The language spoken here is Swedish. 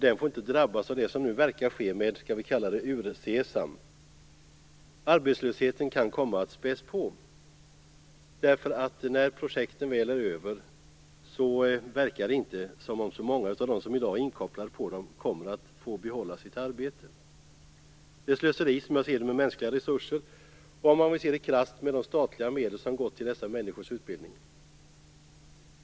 Den får inte drabbas av det som nu verkar ske med "ur SESAM". Arbetslösheten kan komma att öka. När projekten väl är över verkar det inte som om så många av dem som i dag är inkopplade på dem kommer att få behålla sina arbeten. Som jag ser det är det slöseri med mänskliga resurser och, om man vill se det krasst, med de statliga medel som har gått till dessa människors utbildning.